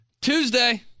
Tuesday